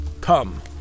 Come